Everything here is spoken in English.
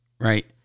right